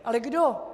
Ale kdo?